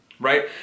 right